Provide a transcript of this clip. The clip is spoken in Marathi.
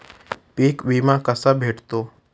पीक विमा कसा भेटतो?